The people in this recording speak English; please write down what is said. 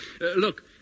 Look